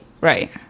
Right